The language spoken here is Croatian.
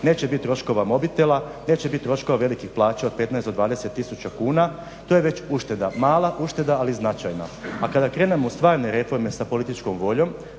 neće bit troškova mobitela, neće bit troškova velikih plaća od 15 do 20 tisuća kuna. To je već ušteda, mala ušteda ali značajna. A kada krenemo u stvarne reforme sa političkom voljom,